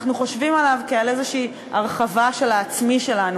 אנחנו חושבים עליו כעל איזו הרחבה של העצמי שלנו.